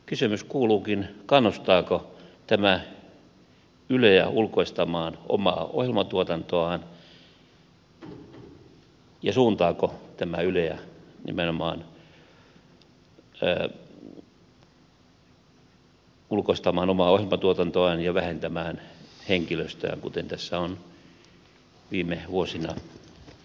kysymys kuuluukin kannustaako tämä yleä ulkoistamaan omaa ohjelmatuotantoaan ja suuntaako tämä yleä nimenomaan ulkoistamaan omaa ohjelmatuotantoaan ja vähentämään henkilöstöään kuten tässä on viime vuosina tapahtunut